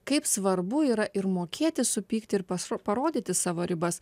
kaip svarbu yra ir mokėti supykti ir paskui parodyti savo ribas